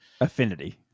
Affinity